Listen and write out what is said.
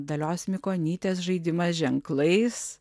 dalios mikonytės žaidimas ženklais